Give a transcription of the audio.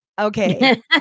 Okay